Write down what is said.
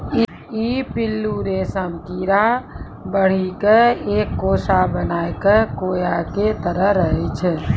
ई पिल्लू रेशम कीड़ा बढ़ी क एक कोसा बनाय कॅ कोया के तरह रहै छै